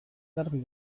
garbi